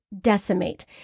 decimate